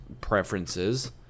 preferences